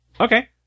Okay